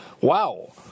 Wow